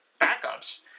backups